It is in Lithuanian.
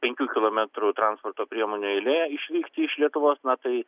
penkių kilometrų transporto priemonių eilė išvykti iš lietuvos na tai